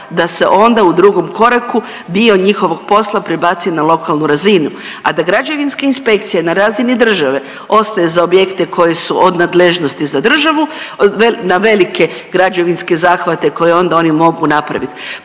da se onda u drugom koraku dio njihovog posla prebaci na lokalnu razinu, a da građevinska inspekcija na razini države ostaje za objekte koji su od nadležnosti za državu, na velike građevinske zahvate koje onda oni mogu napraviti.